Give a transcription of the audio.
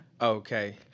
Okay